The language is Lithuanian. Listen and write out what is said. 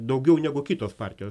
daugiau negu kitos partijos